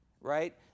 Right